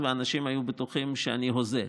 ואנשים היו בטוחים שאני הוזה.